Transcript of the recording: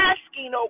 Asking